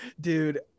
Dude